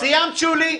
סיימת, שולי?